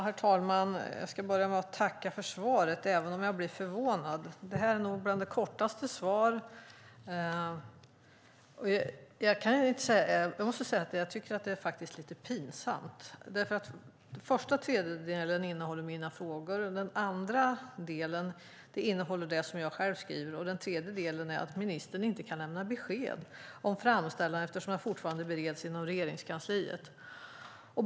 Herr talman! Jag ska börja med att tacka för svaret, även om jag blir förvånad. Det här är nog bland de kortaste svaren. Jag måste säga att det faktiskt är lite pinsamt. Den första tredjedelen innehåller mina frågor, den andra det som jag själv skrev och den tredje att ministern inte kan lämna besked om framställan eftersom den fortfarande bereds inom Regeringskansliet.